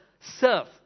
serve